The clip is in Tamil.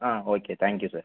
ah okay thank you sir